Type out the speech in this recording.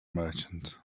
merchant